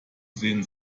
sehen